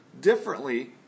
differently